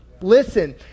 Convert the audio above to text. Listen